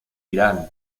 irán